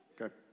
Okay